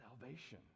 salvation